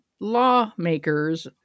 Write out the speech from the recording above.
lawmakers